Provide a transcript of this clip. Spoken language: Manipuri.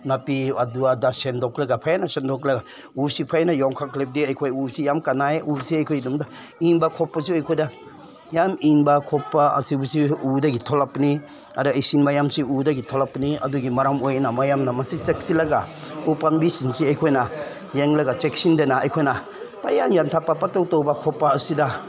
ꯅꯥꯄꯤ ꯑꯗꯨ ꯑꯗꯥ ꯁꯦꯡꯗꯣꯛꯂꯒ ꯍꯦꯟꯅ ꯁꯦꯡꯗꯣꯛꯂꯒ ꯎꯁꯤ ꯍꯦꯟꯅ ꯌꯣꯛꯈꯠꯂꯕꯗꯤ ꯑꯩꯈꯣꯏ ꯎꯁꯤ ꯌꯥꯝ ꯀꯥꯅꯩ ꯎꯁꯤ ꯑꯩꯈꯣꯏꯒꯤꯗꯃꯛꯇ ꯏꯪꯕ ꯈꯣꯠꯄꯁꯨ ꯑꯩꯈꯣꯏꯗ ꯌꯥꯝ ꯏꯪꯕ ꯈꯣꯠꯄ ꯑꯁꯤꯕꯨꯁꯤ ꯎꯗꯒꯤ ꯊꯣꯛꯂꯛꯄꯅꯤ ꯑꯗ ꯏꯁꯤꯡ ꯃꯌꯥꯝꯁꯤ ꯎꯗꯒꯤ ꯊꯣꯛꯂꯛꯄꯅꯤ ꯑꯗꯨꯒꯤ ꯃꯔꯝ ꯑꯣꯏꯅ ꯃꯌꯥꯝꯅ ꯃꯁꯤ ꯆꯦꯛꯁꯤꯜꯂꯒ ꯎ ꯄꯥꯝꯕꯤꯁꯤꯡꯁꯤ ꯑꯩꯈꯣꯏꯅ ꯌꯦꯡꯂꯒ ꯆꯦꯛꯁꯤꯟꯗꯅ ꯑꯩꯈꯣꯏꯅ ꯄꯪꯌꯥꯟ ꯌꯥꯟꯊꯠꯄ ꯄꯪꯇꯧ ꯇꯧꯕ ꯈꯣꯠꯄ ꯑꯁꯤꯗ